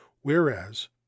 whereas